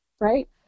right